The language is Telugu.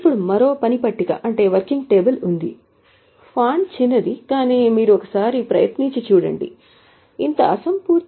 ఇప్పుడు మరో పని పట్టిక ఉంది ఫాంట్ చిన్నది కానీ మీరు ఒక్కసారి చూడవచ్చు